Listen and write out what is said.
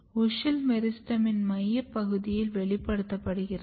WUSCHEL மெரிஸ்டெமின் மையப் பகுதியில் வெளிப்படுத்தப்படுகிறது